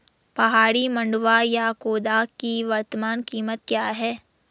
पहाड़ी मंडुवा या खोदा की वर्तमान कीमत क्या है?